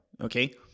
Okay